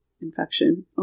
infection